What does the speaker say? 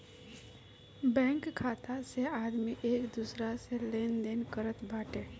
bank खाता से आदमी एक दूसरा से लेनदेन करत बाटे